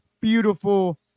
beautiful